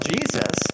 Jesus